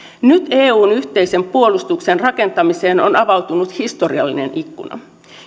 nyt eun yhteisen puolustuksen rakentamiseen on avautunut historiallinen ikkuna